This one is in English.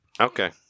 Okay